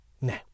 Now